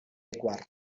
quart